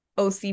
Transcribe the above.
OC